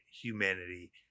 humanity